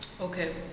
Okay